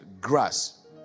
grass